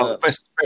Best